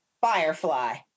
Firefly